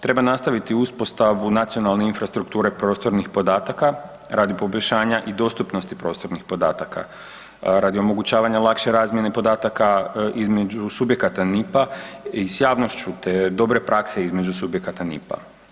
Treba nastaviti uspostavu nacionalne infrastrukture prostornih podataka radi poboljšanja i dostupnosti prostornih planova, radi omogućavanja lakše razmjene podataka između subjekata NIP-a i s javnošću te dobre prakse između subjekata NIP-a.